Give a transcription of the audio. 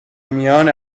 میان